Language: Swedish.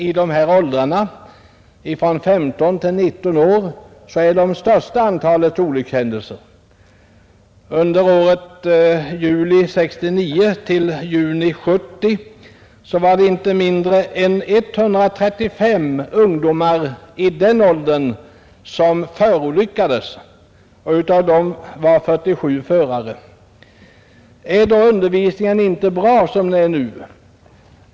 I åldrarna från 15 till 19 år inträffar det största antalet olyckshändelser. Under året juli 1969—juni 1970 var det inte mindre än 135 ungdomar i den åldern som förolyckades, och av dem var 47 förare. Är då undervisningen inte bra som den är nu?